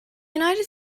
united